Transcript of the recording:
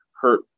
hurt